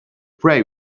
prey